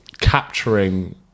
capturing